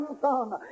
Son